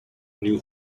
new